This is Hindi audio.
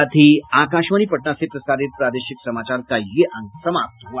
इसके साथ ही आकाशवाणी पटना से प्रसारित प्रादेशिक समाचार का ये अंक समाप्त हुआ